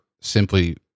simply